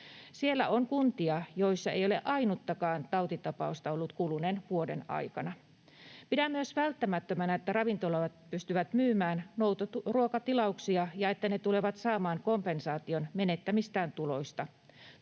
Siellä on kuntia, joissa ei ole ollut ainuttakaan tautitapausta kuluneen vuoden aikana. Pidän myös välttämättömänä, että ravintolat pystyvät myymään noutoruokatilauksia ja että ne tulevat saamaan kompensaation menettämistään tuloista.